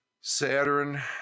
saturn